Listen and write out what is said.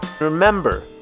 Remember